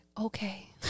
okay